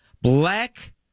black